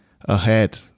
ahead